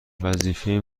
وظیفه